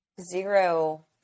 zero